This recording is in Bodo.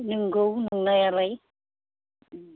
नोंगौ नंनायालाय